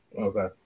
Okay